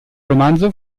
romanzo